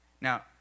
Now